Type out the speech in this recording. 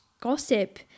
gossip